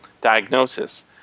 diagnosis